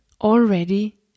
already